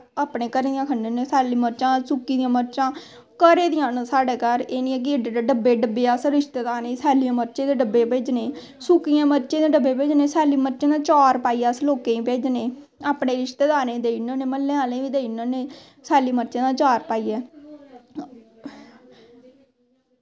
अपने घरे दियां खन्ने होन्ने सैल्ली मर्चां सुक्की दियां मर्चां घरे दियां न के साढ़ै घर एह् नी ऐ कि डब्बे दे डब्बे अस रिश्तेदारें ई सैल्लियें मर्चें दे डब्बे भेजनें सुक्की दियें मर्चें दे डब्बे भेजनें सैल्ली मर्चें दा चार पाइयै अस लोकेंई भेजने अपने रिश्तेदारें देई ओड़ने होन्ने अपने म्ह्ल्ले आह्लें बी देई ओड़ने होन्ने सैल्ली मर्चें दा चार पाइयै